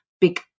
big